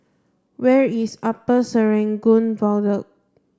where is Upper Serangoon Viaduct